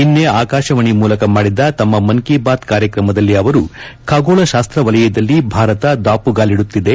ನಿನ್ನೆ ಆಕಾಶವಾಣಿಯ ಮೂಲಕ ಮಾಡಿದ ತಮ್ಮ ಮನ್ ಕಿ ಬಾತ್ ಕಾರ್ಯಕ್ರಮದಲ್ಲಿ ಅವರು ಖಗೋಳ ಶಾಸ್ತ್ರ ವಲಯದಲ್ಲಿ ಭಾರತ ದಾಪುಗಾಲಿಡುತ್ತಿದೆ